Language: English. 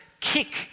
kick